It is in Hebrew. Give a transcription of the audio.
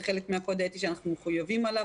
זה חלק מהקוד האתי שאנחנו מחויבים אליו,